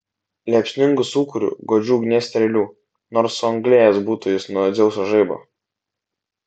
liepsningu sūkuriu godžių ugnies strėlių nors suanglėjęs būtų jis nuo dzeuso žaibo